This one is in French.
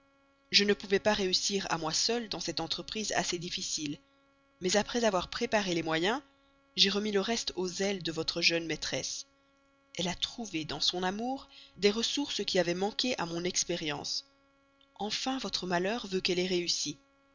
je ne pouvais pas réussir à moi seul dans cette entreprise assez difficile mais après avoir préparé les moyens j'ai remis le reste au zèle de votre jeune maîtresse elle a trouvé dans son amour des ressources qui avaient manqué à mon expérience enfin votre malheur veut qu'elle ait réussi